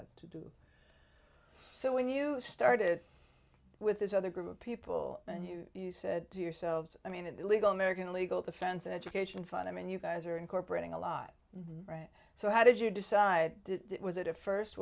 out to do so when you started with this other group of people and you said to yourselves i mean in the legal american legal defense and education fund i mean you guys are incorporating a lot right so how did you decide was it a first